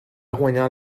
guanyar